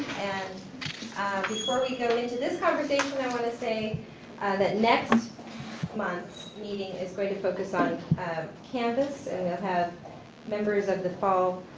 and before we go into this conversation, i want to say that next month's meeting is going to focus on canvas. and we'll have members of the fall